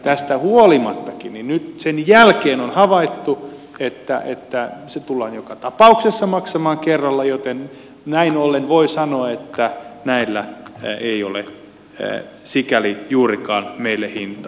tästäkin huolimatta nyt sen jälkeen on havaittu että se tullaan joka tapauksessa maksamaan kerralla joten näin ollen voi sanoa että näillä ei ole sikäli juurikaan meille hintaa